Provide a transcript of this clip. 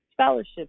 scholarships